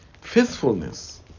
Faithfulness